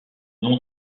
non